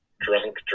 drunk